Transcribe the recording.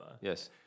yes